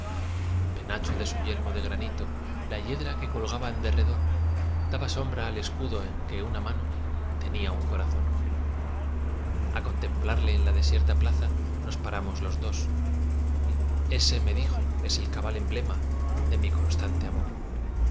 penacho de su yelmo de granito la hiedra que colgaba en derredor daba sombra al escudo en que una mano tenía un corazón á contemplarlo en la desierta plaza nos paramos los dos y ése me dijo es el cabal emblema de mi constante amor